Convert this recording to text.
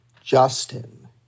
Justin